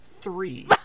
three